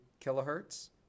kilohertz